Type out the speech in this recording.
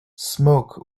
smoke